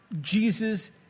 Jesus